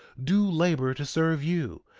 do labor to serve you,